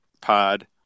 pod